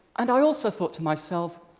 and i also thought to myself,